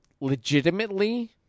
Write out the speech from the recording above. legitimately